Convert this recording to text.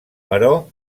però